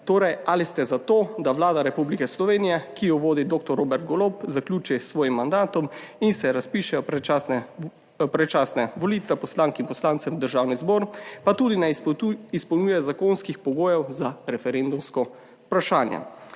torej ali ste za to, da Vlada Republike Slovenije, ki jo vodi doktor Robert Golob zaključi s svojim mandatom in se razpišejo predčasne predčasne volitve poslank in poslancev v Državni zbor, pa tudi ne izpolnjuje zakonskih pogojev za referendumsko vprašanje.